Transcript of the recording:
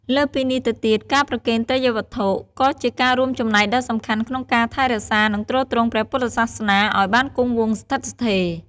លើសពីនេះទៅទៀត ការប្រគេនទេយ្យវត្ថុ ក៏ជាការរួមចំណែកដ៏សំខាន់ក្នុងការ ថែរក្សា និងទ្រទ្រង់ព្រះពុទ្ធសាសនា ឱ្យបានគង់វង្សស្ថិតស្ថេរ។